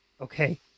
Okay